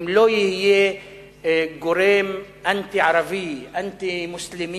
אם לא יהיה גורם אנטי-ערבי, אנטי-מוסלמי,